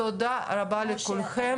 תודה רבה לכולכם,